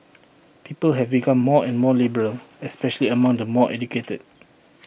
people have become more and more liberal especially among the more educated